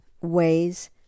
ways